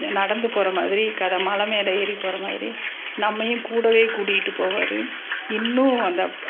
நடந்து போகிற மாதிரி கதை மலை மேலே ஏறி போகிற மாதிரி நம்மையும் கூடவே கூட்டிகிட்டு போவார் இன்னும் அந்த